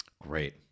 Great